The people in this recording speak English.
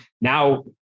now